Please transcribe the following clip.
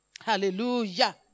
Hallelujah